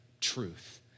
truth